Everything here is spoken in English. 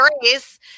grace